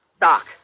Doc